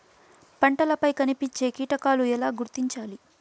పంటలపై కనిపించే కీటకాలు ఎలా గుర్తించాలి?